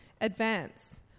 Advance